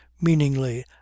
meaningly